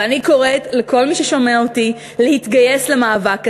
ואני קוראת לכל מי ששומע אותי להתגייס למאבק הזה,